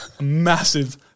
massive